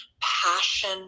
passion